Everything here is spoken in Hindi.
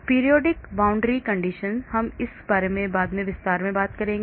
Periodic boundary conditions हम इस बारे में बाद में विस्तार से बात करेंगे